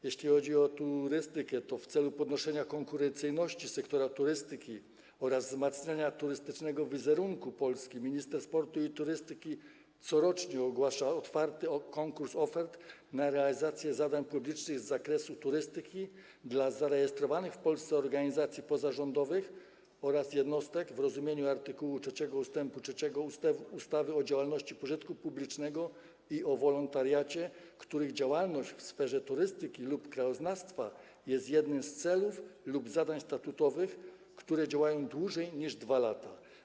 Jeśli chodzi o turystykę, to w celu podnoszenia konkurencyjności sektora turystyki oraz wzmacniania turystycznego wizerunku Polski minister sportu i turystyki corocznie ogłasza otwarty konkurs ofert na realizację zadań publicznych z zakresu turystyki dla zarejestrowanych w Polsce organizacji pozarządowych oraz jednostek w rozumieniu art. 3 ust. 3 ustawy o działalności pożytku publicznego i o wolontariacie, których działalność w sferze turystyki lub krajoznawstwa jest jednym z celów lub zadań statutowych i które działają dłużej niż 2 lata.